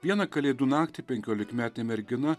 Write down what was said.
vieną kalėdų naktį penkiolikmetė mergina